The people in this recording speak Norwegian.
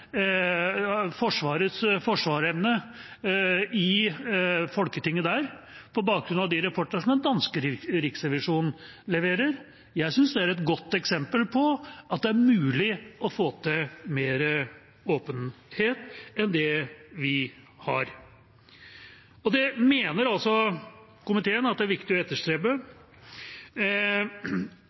på bakgrunn av de rapporter som den danske riksrevisjonen leverer. Jeg synes det er et godt eksempel på at det er mulig å få til mer åpenhet enn det vi har, og det mener altså komiteen at det er viktig å etterstrebe.